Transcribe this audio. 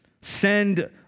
send